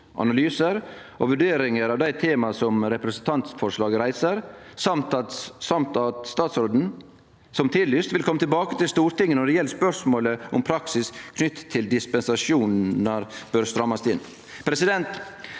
analysar og vurderingar av dei temaa representantforslaget reiser, og dessutan at statsråden – som tillyst – vil kome tilbake til Stortinget når det gjeld spørsmålet om praksisen knytt til dispensasjonar bør strammast inn.